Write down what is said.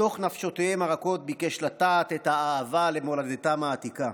"בתוך נפשותיהם הרכות ביקש לטעת את האהבה למולדתם העתיקה.